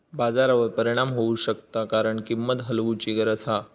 बाजारावर परिणाम होऊ शकता कारण किंमत हलवूची गरज हा